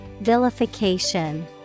Vilification